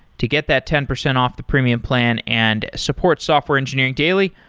to get that ten percent off the premium plan and support software engineering daily,